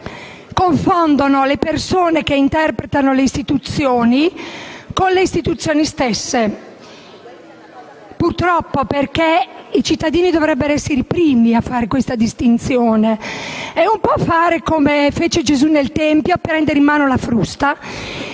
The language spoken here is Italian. confondono le persone che interpretano le istituzioni con le istituzioni stesse. Purtroppo, perché i cittadini dovrebbero essere i primi a fare questa distinzione. È un po' comportarsi come Gesù nel tempio: prendere in mano la frusta